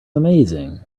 amazing